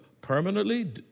permanently